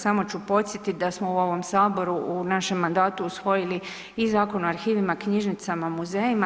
Samo ću podsjetiti da smo u ovom Saboru u našem mandatu usvojili i Zakon o arhivima, knjižnicama, muzejima.